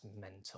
mental